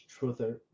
truther